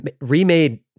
remade